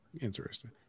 Interesting